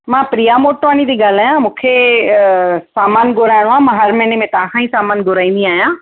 मां प्रिया मोटवाणी थी ॻाल्हायां मूंखे सामानु घुराइणो आहे मां हर महीने में तव्हां खां ई सामानु घुराईंदी आहियां